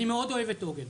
אני מאוד אוהב את עוגן,